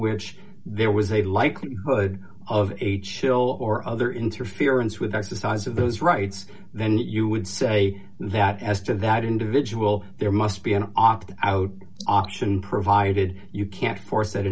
which there was a likelihood of a chill or other interference with exercise of those rights then you would say that as to that individual there must be an opt out option provided you can't force that